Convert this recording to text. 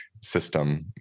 system